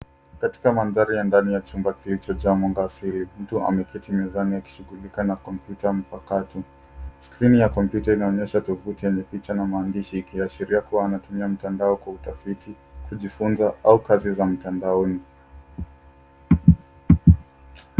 Katika mandhari ya ndani ya chumba kilichojaa mwanga asili. Mtu ameketi mezani akishugulika na kompyuta mpakato. Skrini ya kompyuta inaonyesha tovuti ya mapicha na maandishi yakiashiria kuwa anatumia mtandao kwa utafiti, kujifunza au kazi mtandaoni.